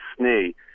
Snee